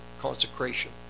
consecration